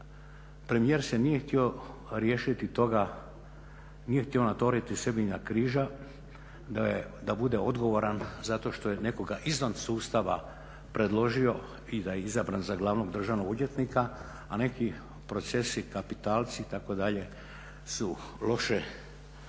premijer nije htio riješiti toga nije htio natovariti sebi na križa da bude odgovoran zato što je nekoga izvan sustava predložio i da je izabran za glavnog državnog odvjetnika, a neki procesi kapitalci itd. su loše završili.